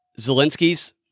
Zelensky's